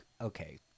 okay